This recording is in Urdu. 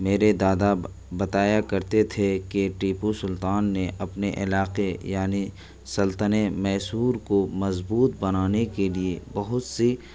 میرے دادا بتایا کرتے تھے کہ ٹیپو سلطان نے اپنے علاقے یعنی سلطنتِ میسور کو مضبوط بنانے کے لیے بہت سی